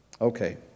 Okay